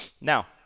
Now